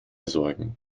sorgen